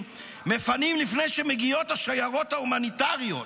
"מפנים לפני שמגיעות השיירות ההומניטריות.